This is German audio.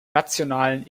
nationalen